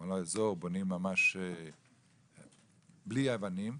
בונים ממש בלי אבנים,